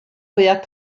mwyaf